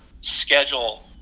schedule